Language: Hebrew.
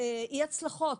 אי הצלחות.